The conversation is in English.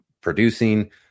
producing